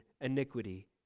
iniquity